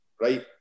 right